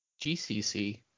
GCC